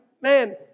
man